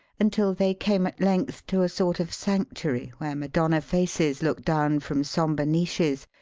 until they came at length to a sort of sanctuary where madonna faces looked down from sombre niches,